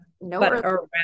No